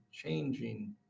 changing